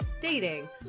dating